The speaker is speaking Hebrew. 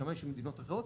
לשמש במדינות אחרות,